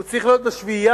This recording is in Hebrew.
הוא צריך להיות בשביעייה,